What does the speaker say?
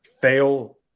fail